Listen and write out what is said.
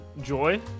joy